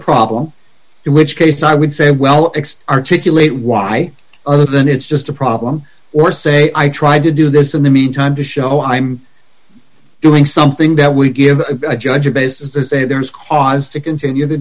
problem in which case i would say well it's articulate why other than it's just a problem or say i tried to do this in the meantime to show i'm doing something that we give a judge a basis and say there is cause to continue t